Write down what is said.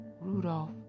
Rudolph